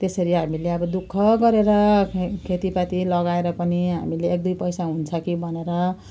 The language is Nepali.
त्यसरी हामीले अब दुःख गरेर खेतीपाती लगाएर पनि हामीले एक दुई पैसा हुन्छ कि भनेर